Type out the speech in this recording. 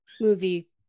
movie